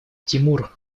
тимур